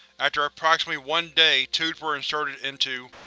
after approximately one day tubes were inserted into